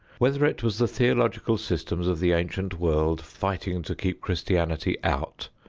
whether it was the theological systems of the ancient world fighting to keep christianity out,